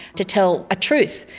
to tell a truth.